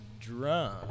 drum